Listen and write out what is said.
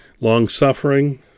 long-suffering